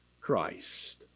Christ